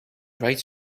right